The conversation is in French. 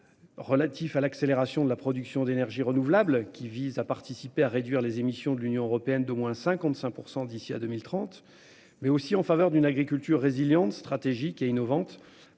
Relatif à l'accélération de la production d'énergies renouvelables qui vise à participer à réduire les émissions de l'Union européenne d'au moins 55% d'ici à 2030, mais aussi en faveur d'une agriculture résilientes stratégique et innovante.